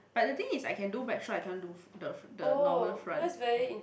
but the thing is I can do backstroke I can't do the the normal front